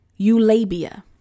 eulabia